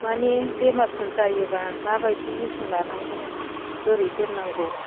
माने बेमारफोर जायोबा माबायदि जोथोन लानांगौ बोरै दोननांगौ